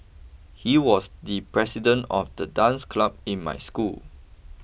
he was the president of the dance club in my school